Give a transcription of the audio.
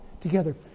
together